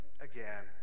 again